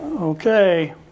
Okay